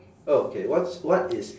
oh K what's what is